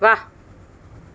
વાહ